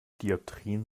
dioptrien